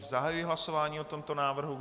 Zahajuji hlasování o tomto návrhu.